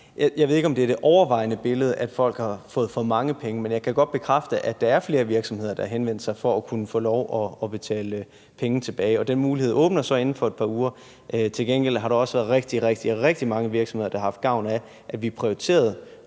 Jeg ved ikke, om det er det overvejende billede, at folk har fået for mange penge, men jeg kan godt bekræfte, at der er flere virksomheder, der har henvendt sig for at kunne få lov at betale penge tilbage. Og den mulighed åbner sig så inden for et par uger. Til gengæld har der også været rigtig, rigtig mange virksomheder, der har haft gavn af, at vi prioriterede